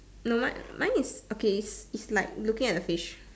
no mine mine is okay it's like looking at the fish